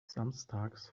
samstags